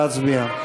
נא להצביע.